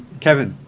kevin,